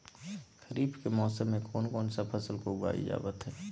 खरीफ के मौसम में कौन कौन सा फसल को उगाई जावत हैं?